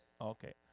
Okay